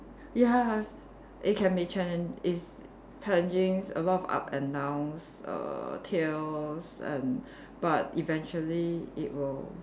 ya it can be challenge it's challenging a lots of up and downs err tears and but eventually it will